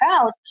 out